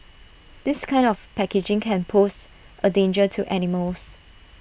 this kind of packaging can pose A danger to animals